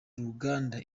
ruganda